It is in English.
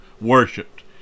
worshipped